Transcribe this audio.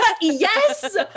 Yes